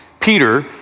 Peter